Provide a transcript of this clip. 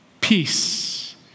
peace